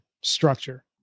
structure